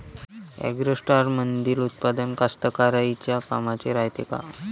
ॲग्रोस्टारमंदील उत्पादन कास्तकाराइच्या कामाचे रायते का?